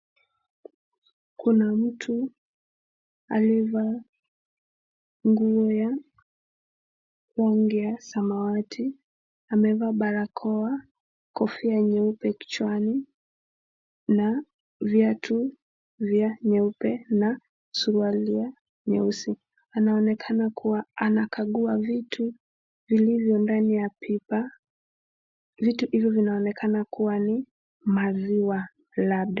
Kuna mtu aliyevaa nguo ya rangi ya samawati, amevaa barakoa kofia nyeupe kichwani, viatu vya nyeupe na suruali ya nyeusi, inaonekana kuwa anakagua vitu vilivyo ndani ya pipa, vitu hivo vianonekana kuwa ni maziwa labda.